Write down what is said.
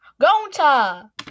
Gonta